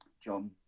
John